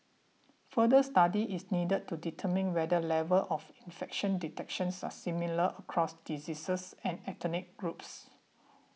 further study is needed to determine whether levels of infection detections are similar across diseases and ethnic groups